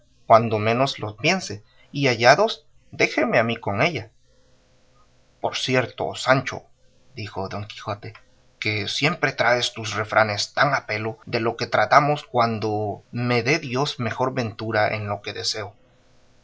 cuando menos los piense y hallados déjenme a mí con ella por cierto sancho dijo don quijote que siempre traes tus refranes tan a pelo de lo que tratamos cuanto me dé dios mejor ventura en lo que deseo